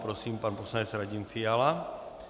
Prosím, pan poslanec Radim Fiala.